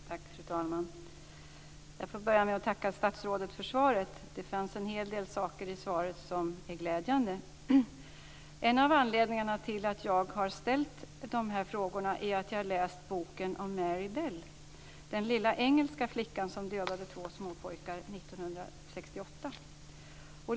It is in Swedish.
Fru talman! Jag får börja med att tacka statsrådet för svaret. Det finns en hel del saker i svaret som är glädjande. En av anledningarna till att jag har ställt de här frågorna är att jag har läst boken om Mary Bell, den lilla engelska flickan som dödade två småpojkar 1968.